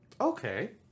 Okay